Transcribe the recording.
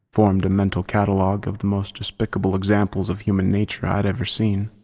formed a mental catalogue of the most despicable examples of human nature i'd ever seen.